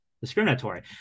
discriminatory